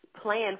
plan